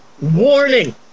Warning